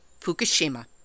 Fukushima